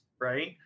right